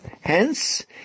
Hence